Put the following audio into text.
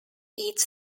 its